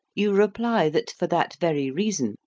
you reply that for that very reason,